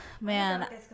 man